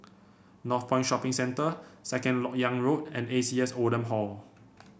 Northpoint Shopping Centre Second LoK Yang Road and A C S Oldham Hall